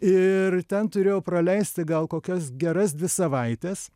ir ten turėjau praleisti gal kokias geras dvi savaites